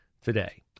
today